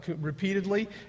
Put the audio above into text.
repeatedly